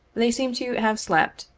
they seem to have slept,